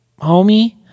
homie